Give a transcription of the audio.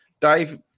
Dave